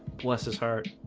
bless his heart